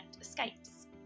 Escapes